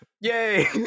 Yay